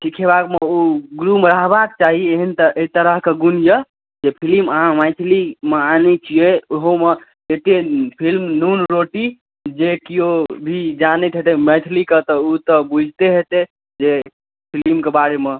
सिखेबाके ओ गुरुमे रहबाके चाही एहन तऽ एहि तरहके गुण अइ जे फिलिम अहाँ मैथिलीमे आनै छिए ओहोमे एके फिलिम नून रोटी जे केओ भी जानैत हेतै मैथिलीके तऽ ओ तऽ बुझिते हैतै जे फिलिमके बारेमे